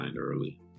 early